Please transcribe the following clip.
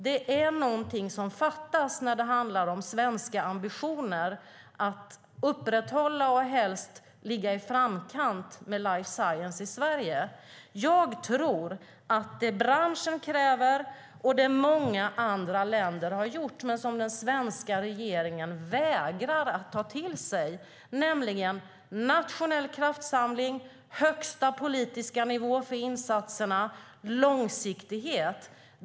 Det är någonting som fattas när det handlar om svenska ambitioner att upprätthålla och helst ligga i framkant med life science i Sverige. Det som branschen kräver, och som många andra länder har gjort men som den svenska regeringen vägrar att ta till sig, är nationell kraftsamling, högsta politiska nivå på insatserna och långsiktighet.